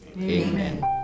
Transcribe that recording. Amen